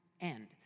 end